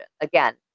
Again